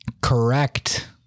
Correct